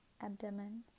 abdomen